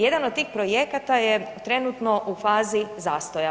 Jedan od tih projekata je trenutno u fazi zastoja.